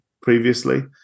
previously